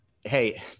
hey